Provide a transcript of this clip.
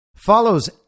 follows